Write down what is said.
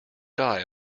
die